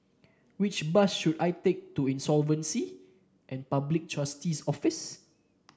which bus should I take to Insolvency and Public Trustee's Office